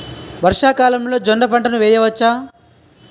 వర్షాకాలంలో జోన్న పంటను వేయవచ్చా?